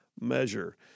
measure